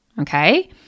okay